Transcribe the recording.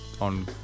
on